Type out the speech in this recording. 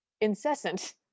incessant